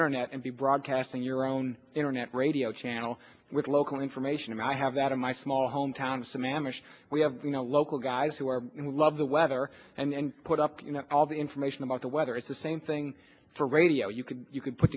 internet and be broadcasting your own internet radio channel with local information i have that in my small hometown to manage we have the local guys who are we love the weather and put up all the information about the weather it's the same thing for radio you could you could put